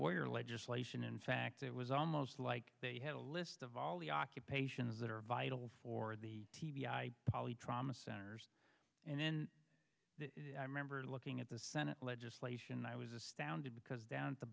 warrior legislation in fact it was almost like they had a list of all the occupations that are vital for the t b i poly trauma centers and then i remember looking at the senate legislation and i was astounded because down at the